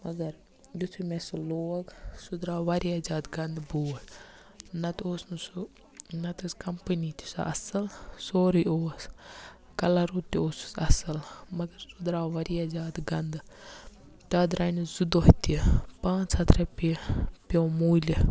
مگر یِتھُے مےٚ سُہ لوگ سُہ درٛاو واریاہ زیادٕ گَندٕ بوٗٹھ نَتہٕ اوس نہٕ سُہ نَتہٕ ٲس کمپنی تہِ سۄ اصل سورُے اوس کَلَر تہِ اوسُس اصل مگر سُہ درٛاو واریاہ زیادٕ گَندٕ تتھ درٛایہِ نہٕ زٕ دۄہ تہِ پانٛژھ ہتھ رۄپیہِ پیٚو میٚل یہِ